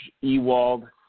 Ewald